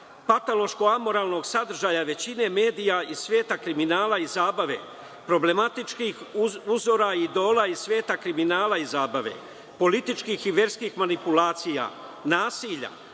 patološko amoralnog većina medija iz sveta kriminala i zabave, problematičkih uzora, idola iz sveta kriminala i zabave, političkih i verskih manipulacija, nasilja,